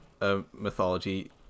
mythology